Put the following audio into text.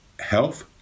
health